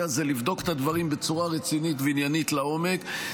הזה לבדוק את הדברים בצורה רצינית ועניינית לעומק,